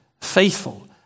faithful